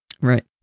Right